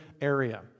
area